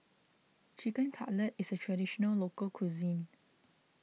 Chicken Cutlet is a Traditional Local Cuisine